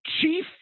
Chief